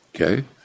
Okay